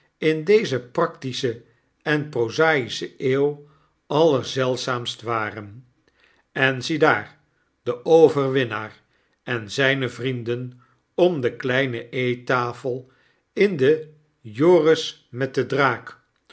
in deze practische en prozaische eeuw allerzeldzaamst waren en ziedaar den overwinnaar en zijne vrienden om de kleine eettafel in de jorismetden draak